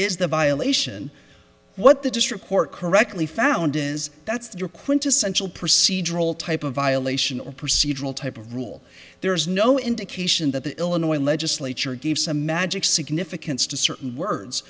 is the violation what the district court correctly found is that's the quintessential procedural type of violation or procedural type of rule there is no indication that the illinois legislature gave some magic significance to certain words